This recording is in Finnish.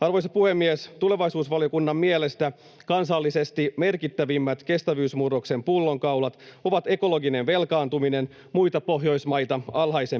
Arvoisa puhemies! Tulevaisuusvaliokunnan mielestä kansallisesti merkittävimmät kestävyysmurroksen pullonkaulat ovat ekologinen velkaantuminen, muita pohjoismaita alhaisempi